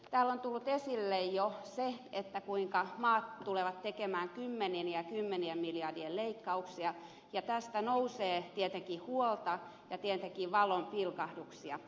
täällä on tullut esille jo se kuinka maat tulevat tekemään kymmenien ja kymmenien miljardien leikkauksia ja tästä nousee tietenkin huolta ja tietenkin valonpilkahduksia